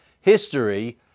history